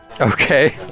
Okay